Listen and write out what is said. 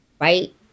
Right